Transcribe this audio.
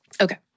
Okay